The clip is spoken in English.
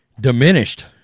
diminished